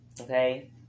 okay